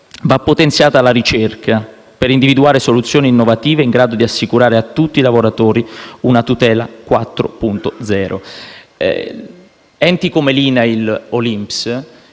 va potenziata la ricerca per individuare soluzioni innovative in grado di assicurare a tutti i lavoratori una tutela 4.0. Enti come l'INAIL o